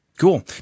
Cool